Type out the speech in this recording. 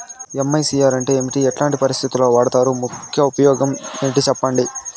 MICR అంటే ఏమి? ఎట్లాంటి పరిస్థితుల్లో వాడుతారు? ముఖ్య ఉపయోగం ఏంటి సెప్పండి?